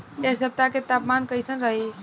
एह सप्ताह के तापमान कईसन रही?